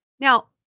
Now